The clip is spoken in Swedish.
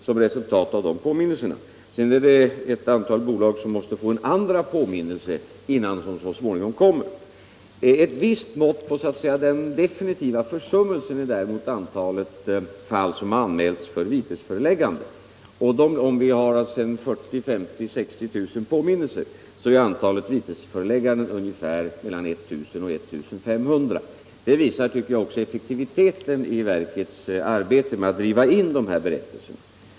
Sedan finns det ett antal bolag som måste få en andra påminnelse innan berättelserna så småningom kommer. Ett visst mått på så att säga den definitiva försummelsen är antalet fall som anmäls för vitesföreläggande. Vi har 40 000-60 000 påminnelser, men antalet vitesförelägganden ligger mellan 1 000 och 1 500. Detta visar effektiviteten i verkets arbete med att driva in dessa berättelser.